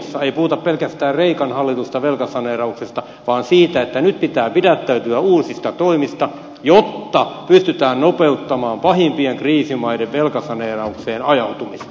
ei puhuta pelkästään kreikan hallitusta velkasaneerauksesta vaan siitä että nyt pitää pidättäytyä uusista toimista jotta pystytään nopeuttamaan pahimpien kriisimaiden velkasaneeraukseen ajautumista